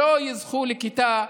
שלא יזכו לכיתה,